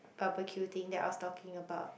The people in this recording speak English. barbecue thing they are talking about